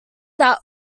that